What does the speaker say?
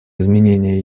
изменения